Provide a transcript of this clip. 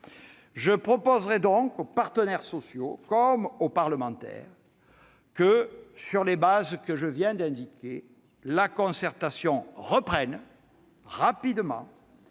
Je proposerai donc aux partenaires sociaux, comme aux parlementaires, que, sur les bases que je viens d'indiquer, la concertation reprenne rapidement,